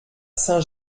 saint